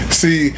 see